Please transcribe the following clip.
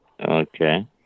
Okay